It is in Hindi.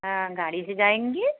हाँ गाड़ी से जाएंगे